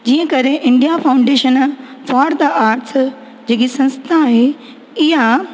जीअं करे India Foundation for the Arts जेकी संस्था आहे इहा